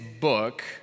book